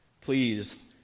Please